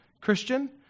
Christian